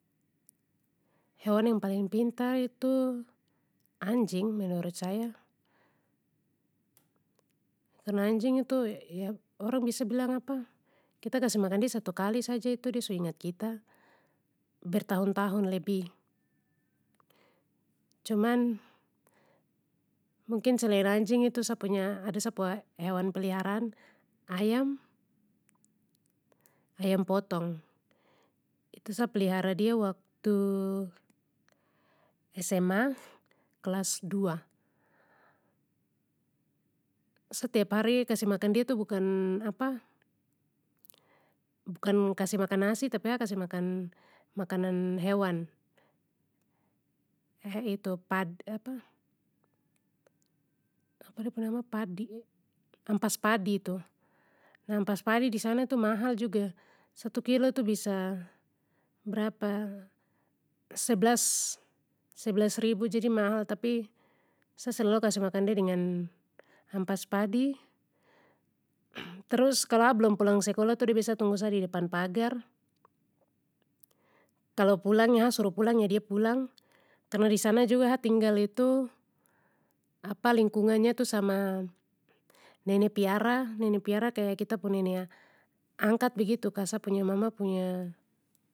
Hewan yang paling pintar itu, anjing menurut saya. Karna anjing itu he-orang biasa bilang apa kita kasih makan de satu kali saja de su ingat kita bertahun tahun lebih. Cuman, mungkin selain anjing itu sa punya ada sa pu hewan peliharaan ayam, ayam potong, itu sa plihara dia waktu, SMA kelas dua. Sa tiap hari kasih makan de tu bukan bukan kasih makan nasi tapi ha kasih makan, makanan hewan. padi tu, ampas padi tu. Nah ampas padi disana tu mahal juga, satu kilo tu bisa berapa, seblas, seblas ribu jadi mahal tapi sa selalu kasih makan de dengan ampas padi. Terus kalo a belum pulang sekolah tu de biasa tunggu sa di depan pagar. Kalo pulang ya ha suruh pulang jadi pulang, karna disana juga a tinggal itu, lingkungannya tu sama nene piara, nene piara kaya kita pu nene a-angkat begitu ka sa punya mama punya.